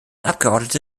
abgeordnete